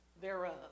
thereof